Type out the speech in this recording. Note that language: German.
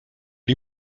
die